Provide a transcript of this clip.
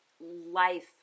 life